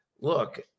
look